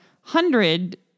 hundred